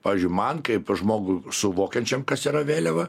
pavyzdžiui man kaip žmogui suvokiančiam kas yra vėliava